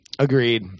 Agreed